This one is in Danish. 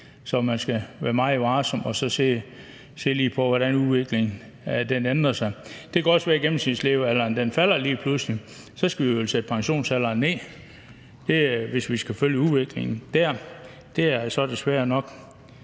så man skal være meget varsom og så lige se på, hvordan udviklingen ændrer sig. Det kan også være, at gennemsnitslevealderen falder lige pludselig, og så skal vi vel sætte pensionsalderen ned, hvis vi skal følge udviklingen dér. Det er så desværre nok